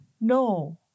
No